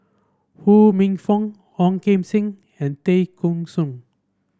Ho Minfong Ong Kim Seng and Tay Kheng Soon